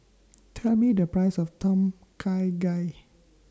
Tell Me The Price of Tom Kha Gai